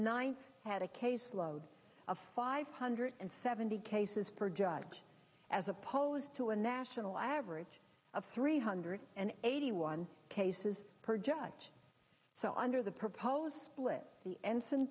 ninth had a caseload of five hundred and seventy cases per judge as opposed to a national average of three hundred and eighty one cases per judge so under the proposed split the